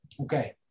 Okay